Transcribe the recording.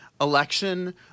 Election